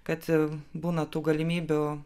kad būna tų galimybių